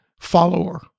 follower